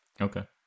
Okay